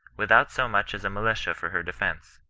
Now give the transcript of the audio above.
without so much as a militia for her defence.